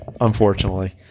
unfortunately